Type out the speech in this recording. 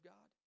God